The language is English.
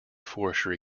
forestry